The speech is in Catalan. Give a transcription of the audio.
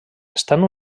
estan